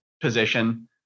position